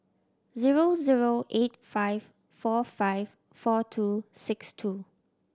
zero zero eight five four five four two six two